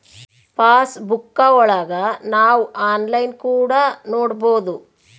pass ಬುಕ್ಕಾ ಒಳಗ ನಾವ್ ಆನ್ಲೈನ್ ಕೂಡ ನೊಡ್ಬೋದು